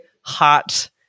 hot